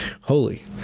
holy